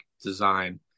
design